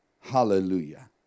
Hallelujah